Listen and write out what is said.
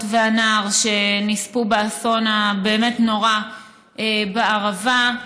והנער שנספו באסון הבאמת-נורא בערבה,